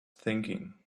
thinking